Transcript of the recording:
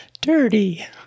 Dirty